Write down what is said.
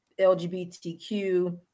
LGBTQ